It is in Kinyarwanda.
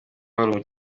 hall